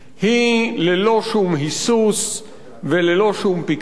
היא ללא שום היסוס וללא שום פקפוק